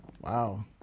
Wow